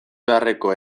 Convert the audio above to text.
beharreko